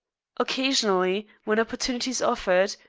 occasionally, when opportunities offered,